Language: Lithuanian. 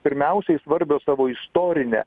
pirmiausiai svarbios savo istorine